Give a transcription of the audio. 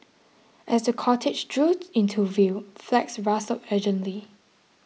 as the cortege drew into view flags rustled urgently